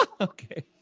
Okay